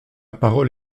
parole